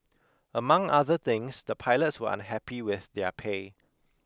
among other things the pilots were unhappy with their pay